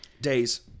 Days